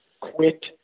quit